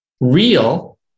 real